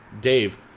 Dave